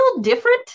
different